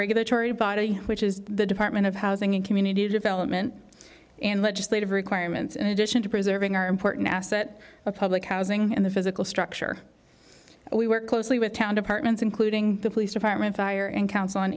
regulatory body which is the department of housing and community development and legislative requirements in addition to preserving our important asset of public housing and the physical structure we work closely with town departments including the police department fire and coun